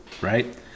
right